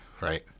right